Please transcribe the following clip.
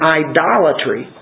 idolatry